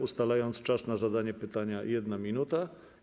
Ustalam czas na zadanie pytania - 1 minuta.